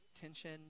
tension